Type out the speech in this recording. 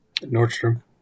Nordstrom